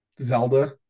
zelda